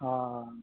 ᱦᱮᱸ ᱦᱮᱸ